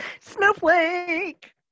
Snowflake